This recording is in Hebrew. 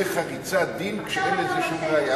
זה חריצת דין כשאין לזה שום ראיה,